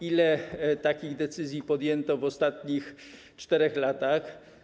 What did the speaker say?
Ile takich decyzji podjęto w ostatnich 4 latach?